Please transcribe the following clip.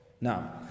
Now